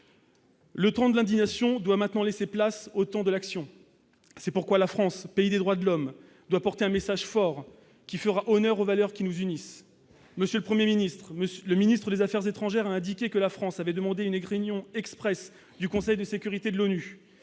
Le temps de l'indignation doit maintenant laisser la place au temps de l'action. C'est pourquoi la France, pays des droits de l'homme, doit porter un message fort, qui fera honneur aux valeurs qui nous unissent. Monsieur le Premier ministre, le ministre des affaires étrangères a indiqué que la France avait demandé une réunion expresse du Conseil de sécurité de l'ONU.